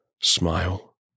Smile